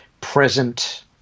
present